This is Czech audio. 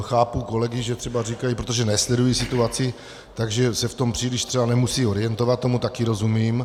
Chápu kolegy, že třeba říkají, protože nesledují situaci, takže se v tom příliš třeba nemusejí orientovat, tomu taky rozumím.